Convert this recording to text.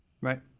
right